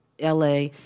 LA